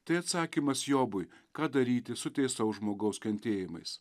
tai atsakymas jobui ką daryti su teisaus žmogaus kentėjimais